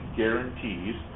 guarantees